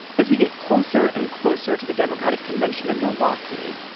as we get closer and closer to the democratic convention in milwaukee.